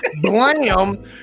blam